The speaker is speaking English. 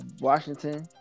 Washington